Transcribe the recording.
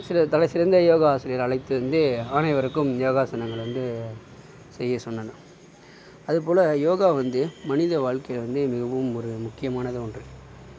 சில தலைசிறந்த யோகா ஆசிரியரை அழைத்து வந்து அனைவருக்கும் யோகாசனங்கள் வந்து செய்ய சொன்னாங்க அது போல் யோகா வந்து மனித வாழ்க்கையில வந்து மிகவும் ஒரு முக்கியமானது ஒன்று